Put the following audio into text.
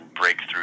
breakthrough